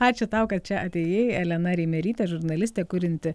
ačiū tau kad čia atėjai elena reimerytė žurnalistė kurianti